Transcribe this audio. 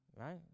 right